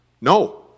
No